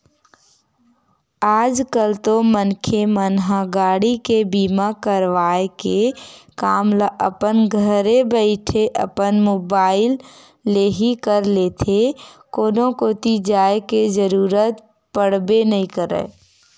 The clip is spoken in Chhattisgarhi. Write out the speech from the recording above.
आज कल तो मनखे मन ह गाड़ी के बीमा करवाय के काम ल अपन घरे बइठे अपन मुबाइल ले ही कर लेथे कोनो कोती जाय के जरुरत पड़बे नइ करय